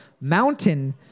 Mountain